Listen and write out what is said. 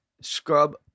Scrub